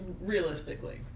realistically